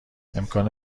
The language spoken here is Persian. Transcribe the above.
امکان